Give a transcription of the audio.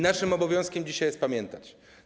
Naszym obowiązkiem dzisiaj jest pamiętać.